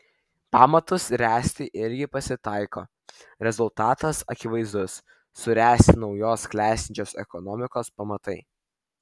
pamatus ręsti irgi pasitaiko rezultatas akivaizdus suręsti naujos klestinčios ekonomikos pamatai